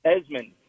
Esmond